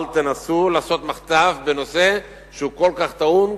אל תנסו לעשות מחטף בנושא שהוא כל כך טעון,